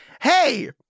Hey